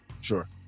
sure